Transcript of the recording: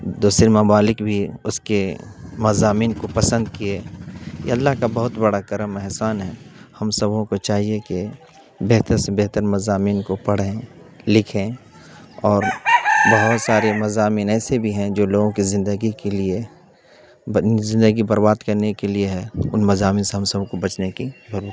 دوسرے ممالک بھی اس کے مضامین کو پسند کیے یہ اللہ کا بہت بڑا کرم احسان ہے ہم سبھی کو چاہیے کہ بہتر سے بہتر مضامین کو پڑھیں لکھیں اور بہت سارے مضامین ایسے بھی ہیں جو لوگوں کی زندگی کے لیے زندگی برباد کرنے کے لیے ہے ان مضامین سے ہم سب کو بچنے کی ضرور